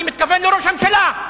אני מתכוון לראש הממשלה.